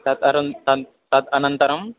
तद् अनन्तरं तत् तद् अनन्तरम्